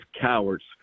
cowards